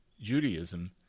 Judaism